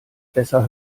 besser